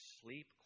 sleep